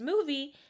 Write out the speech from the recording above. movie